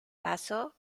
paso